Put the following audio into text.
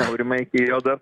aurimai iki jo dar